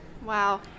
Wow